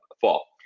fall